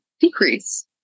decrease